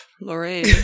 Lorraine